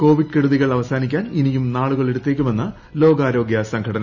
Covid കെടുതികൾ അവസാനിക്കാൻ ഇനിയും നാളുകൾ എടുത്തേക്കുമെന്ന് ലോകാരോഗ്യ സംഘടന